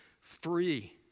free